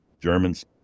German's